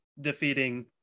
defeating